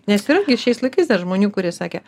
nes yra gi šiais laikais dar žmonių kurie sakė